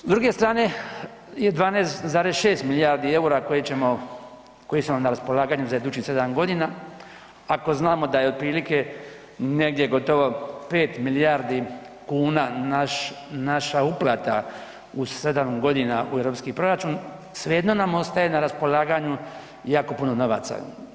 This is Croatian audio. S druge strane je 12,6 milijarde eura koje ćemo, koje su nam na raspolaganju za idućih 7 g., ako znamo da je otprilike negdje gotovo 5 milijardi kuna naša uplata u 7 g. u europski proračun, svejedno nam ostaje na raspolaganju jako puno novaca.